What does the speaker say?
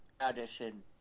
audition